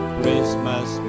Christmas